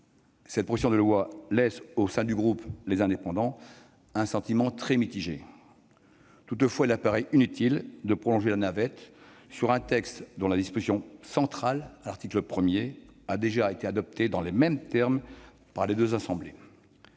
cette proposition de loi suscite au sein du groupe Les Indépendants un sentiment très mitigé. Toutefois, il apparaît inutile de prolonger la navette sur un texte dont la disposition centrale, à l'article 1, a déjà été adoptée dans les mêmes termes par les deux assemblées.